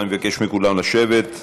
אני מבקש מכולם לשבת.